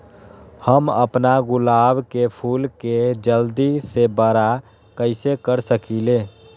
हम अपना गुलाब के फूल के जल्दी से बारा कईसे कर सकिंले?